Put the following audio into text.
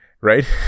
right